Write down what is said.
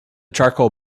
charcoal